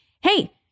hey